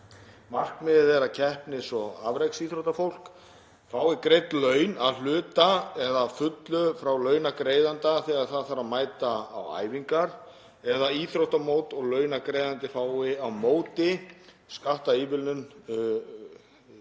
Markmiðið er að keppnis- og afreksíþróttafólk fái greidd laun að hluta eða að fullu frá launagreiðanda þegar það þarf að mæta á æfingar eða íþróttamót og launagreiðandi fái skattaívilnun á móti